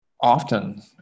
often